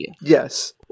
Yes